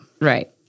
Right